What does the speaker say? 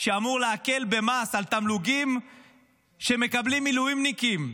שאמור להקל במס על תמלוגים שמקבלים מילואימניקים.